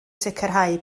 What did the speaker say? sicrhau